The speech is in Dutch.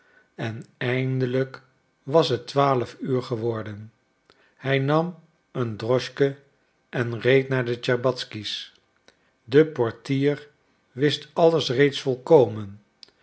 en eindelijk was het twaalf uur geworden hij nam een droschke en reed naar de tscherbatzky's de portier wist alles reeds volkomen